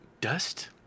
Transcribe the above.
dust